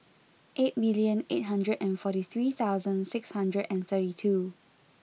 eight million eight hundred and forty three thousand six hundred and thirty two